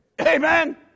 Amen